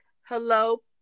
Hello